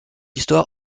histoire